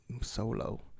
solo